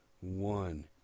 one